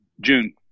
June